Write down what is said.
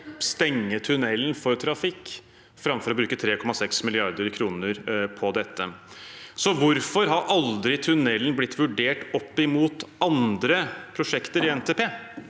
stenge tunnelen for trafikk framfor å bruke 3,6 mrd. kr på dette. Hvorfor har tunnelen aldri blitt vurdert opp mot andre prosjekter i NTP?